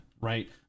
right